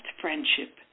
friendship